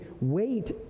wait